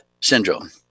syndrome